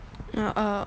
um err